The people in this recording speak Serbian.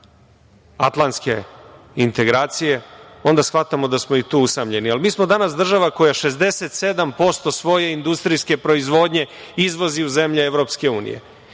atlantske integracije, onda shvatamo da smo i tu usamljeni. Mi smo danas država koja 67% svoje industrijske proizvodnje izvozi u zemlje EU. Mi